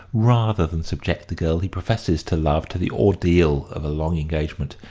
rather than subject the girl he professes to love to the ordeal of a long engagement.